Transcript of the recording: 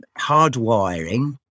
hardwiring